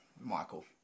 Michael